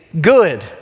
good